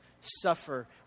suffer